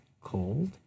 cold